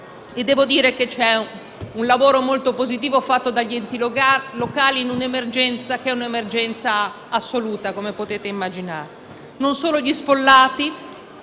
e abnegazione. C'è un lavoro molto positivo fatto dagli enti locali in un'emergenza assoluta, come potete immaginare. Non parlo solo degli sfollati,